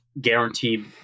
guaranteed